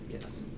yes